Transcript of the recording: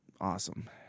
awesome